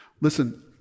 Listen